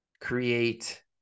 create